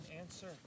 answer